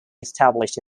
established